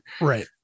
Right